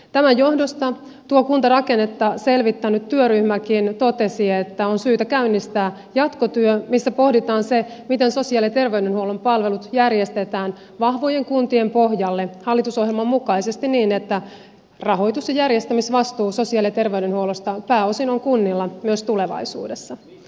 tämän johdosta tuo kuntarakennetta selvittänyt työryhmäkin totesi että on syytä käynnistää jatkotyö jossa pohditaan se miten sosiaali ja terveydenhuollon palvelut järjestetään vahvojen kuntien pohjalle hallitusohjelman mukaisesti niin että rahoitus ja järjestämisvastuu sosiaali ja terveydenhuollosta pääosin on kunnilla myös tulevaisuudessa